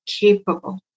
capable